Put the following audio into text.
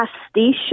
pastiche